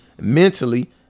mentally